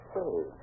Say